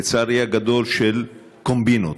לצערי הגדול, של קומבינות.